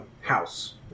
House